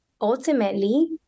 ultimately